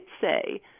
say